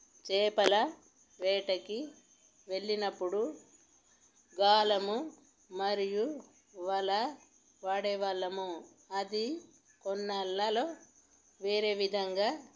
చేపల వేటకి వెళ్ళినప్పుడు గాలము మరియు వల వాడే వాళ్ళము అది కొన్నాళ్ళలో వేరే విధంగా